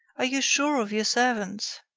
are you sure of your servants?